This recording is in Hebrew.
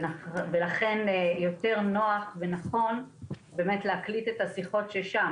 ולכן יותר נוח ונכון להקליט את השיחות ששם.